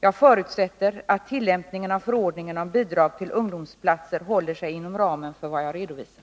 Jag förutsätter att tillämpningen av förordningen om bidrag till ungdomsplatser håller sig inom ramen för vad jag redovisat.